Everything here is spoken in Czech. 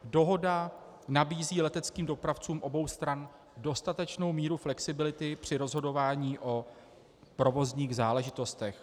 Dohoda nabízí leteckým dopravcům obou stran dostatečnou míru flexibility při rozhodování o provozních záležitostech.